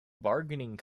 bargaining